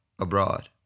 Abroad